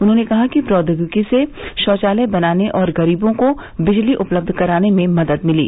उन्होंने कहा कि प्रौद्योगिकी से शौचालय बनाने और गरीबों को बिजली उपलब्ध कराने में भी मदद मिली